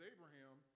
Abraham